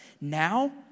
now